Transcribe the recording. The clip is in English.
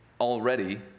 already